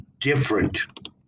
different